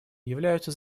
являются